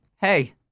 hey